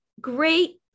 great